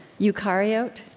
eukaryote